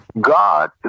god